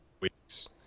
weeks